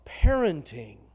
parenting